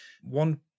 One